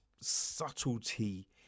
subtlety